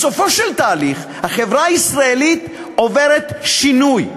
בסופו של תהליך, החברה הישראלית עוברת שינוי,